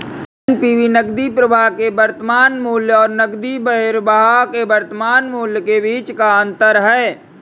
NPV नकदी प्रवाह के वर्तमान मूल्य और नकदी बहिर्वाह के वर्तमान मूल्य के बीच का अंतर है